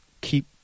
keep